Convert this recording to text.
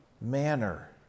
manner